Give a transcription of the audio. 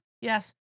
Yes